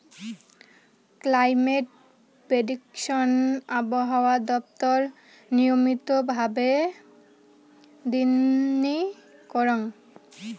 climate prediction আবহাওয়া দপ্তর নিয়মিত ভাবে দিননি করং